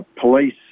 police